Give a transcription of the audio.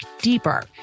deeper